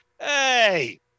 hey